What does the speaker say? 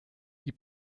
die